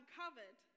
covered